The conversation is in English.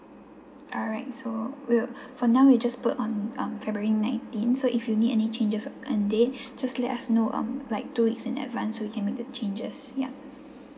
alright so we'll for now we just put on um february nineteen so if you need any changes on date just let us know um like two weeks in advance so we can make the changes ya